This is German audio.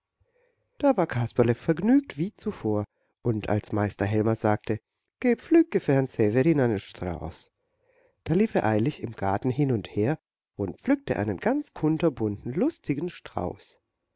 da war kasperle vergnügt wie zuvor und als meister helmer sagte geh pflücke für herrn severin einen strauß da lief er eilig im garten hin und her und pflückte einen ganz kunterbunten lustigen strauß